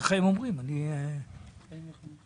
ששם על סמך הסעיף שלכם הם אמורים לתת להם את הפטור,